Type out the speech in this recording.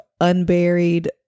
unburied